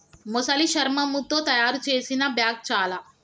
మొసలి శర్మముతో తాయారు చేసిన బ్యాగ్ చాల